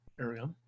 area